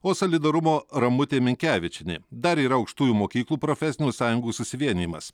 o solidarumo ramutė minkevičienė dar yra aukštųjų mokyklų profesinių sąjungų susivienijimas